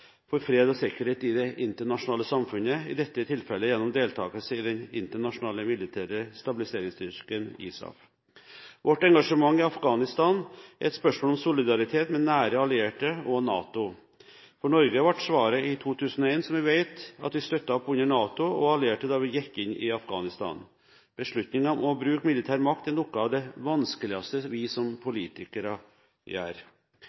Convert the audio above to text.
for fred og sikkerhet i det internasjonale samfunnet – i dette tilfellet gjennom deltakelse i den internasjonale militære stabiliseringsstyrken ISAF. Vårt engasjement i Afghanistan er et spørsmål om solidaritet med nære allierte og NATO. For Norge ble svaret i 2001, som vi vet, at vi støttet opp under NATO og de allierte da vi gikk inn i Afghanistan. Beslutningen om å bruke militær makt er noe av det vanskeligste vi som politikere gjør.